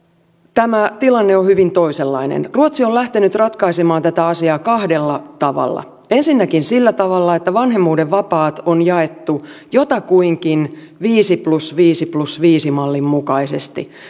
tämä tilanne on hyvin toisenlainen ruotsi on lähtenyt ratkaisemaan tätä asiaa kahdella tavalla ensinnäkin sillä tavalla että vanhemmuuden vapaat on jaettu jotakuinkin viisi plus viisi plus viisi mallin mukaisesti